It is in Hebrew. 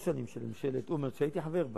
שנים של ממשלת אולמרט שהייתי חבר בה,